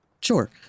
sure